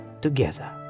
together